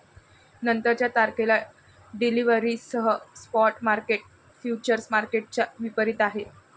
नंतरच्या तारखेला डिलिव्हरीसह स्पॉट मार्केट फ्युचर्स मार्केटच्या विपरीत आहे